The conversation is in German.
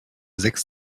sechs